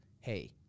hey